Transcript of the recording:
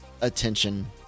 attention